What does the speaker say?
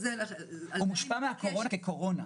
הקו הזה